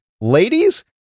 Ladies